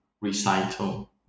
recital